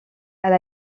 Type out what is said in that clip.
elle